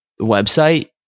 website